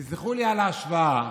תסלחו לי על ההשוואה,